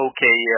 Okay